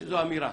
זו אמירה.